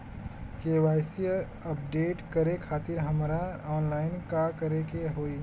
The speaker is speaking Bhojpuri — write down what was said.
के.वाइ.सी अपडेट करे खातिर हमरा ऑनलाइन का करे के होई?